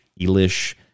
elish